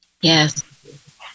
Yes